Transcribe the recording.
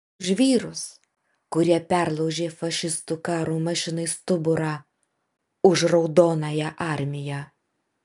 už vyrus kurie perlaužė fašistų karo mašinai stuburą už raudonąją armiją